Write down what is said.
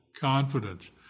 confidence